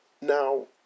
Now